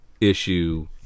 issue